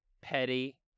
Petty